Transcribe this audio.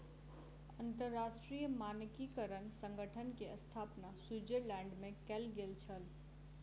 अंतरराष्ट्रीय मानकीकरण संगठन के स्थापना स्विट्ज़रलैंड में कयल गेल छल